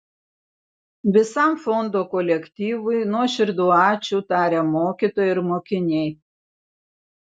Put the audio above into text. visam fondo kolektyvui nuoširdų ačiū taria mokytojai ir mokiniai